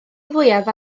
fwyaf